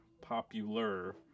popular